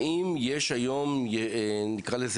האם יש היום ועדה,